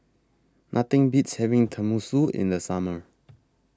Nothing Beats having Tenmusu in The Summer